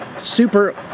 Super